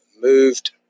moved